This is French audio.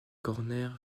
corner